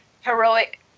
heroic